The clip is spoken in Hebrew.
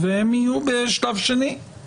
אני אומר את זה למען הבהירות של הנושא הזה.